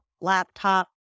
laptop